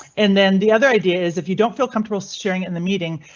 and then the other idea is if you don't feel comfortable sharing in the meeting,